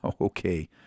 Okay